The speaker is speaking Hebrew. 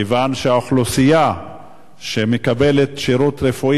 כיוון שהאוכלוסייה שמקבלת שירות רפואי